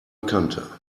kante